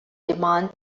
demand